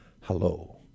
Hello